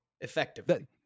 effectively